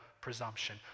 presumption